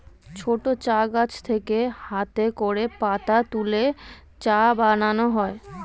ছোট চা গাছ থেকে হাতে করে পাতা তুলে চা বানানো হয়